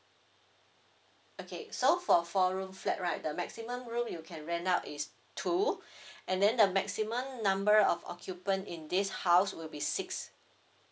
okay so for four room flat right the maximum room you can rent out is two and then the maximum number of occupant in this house will be six